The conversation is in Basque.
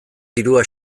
dirua